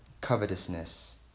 covetousness